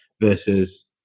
versus